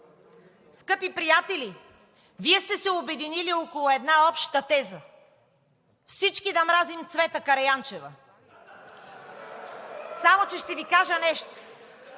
Скъпи приятели! Вие сте се обединили около една обща теза: всички да мразим Цвета Караянчева. (Смях и реплики от